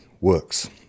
works